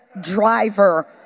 driver